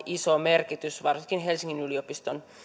iso merkitys varsinkin helsingin yliopiston